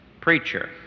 Preacher